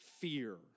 fear